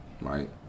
right